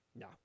No